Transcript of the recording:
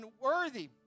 unworthy